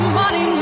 money